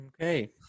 okay